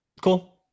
Cool